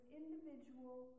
individual